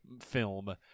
film